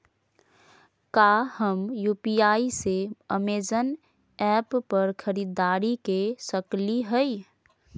का हम यू.पी.आई से अमेजन ऐप पर खरीदारी के सकली हई?